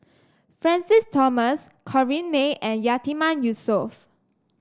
Francis Thomas Corrinne May and Yatiman Yusof